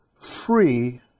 Free